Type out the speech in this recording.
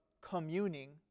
communing